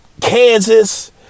Kansas